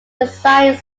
designed